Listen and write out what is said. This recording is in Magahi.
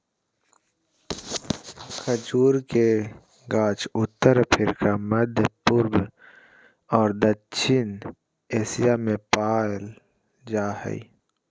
खजूर के गाछ उत्तर अफ्रिका, मध्यपूर्व और दक्षिण एशिया में पाल जा हइ